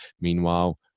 Meanwhile